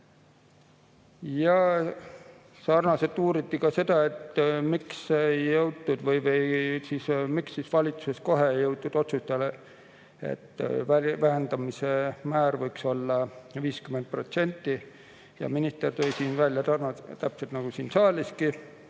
olla. Uuriti ka seda, miks valitsus kohe ei jõudnud otsusele, et vähendamise määr võiks olla 50%. Minister tõi välja selle, täpselt nagu siin saaliski,